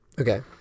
Okay